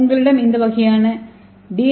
உங்களிடம் இந்த வகையான டி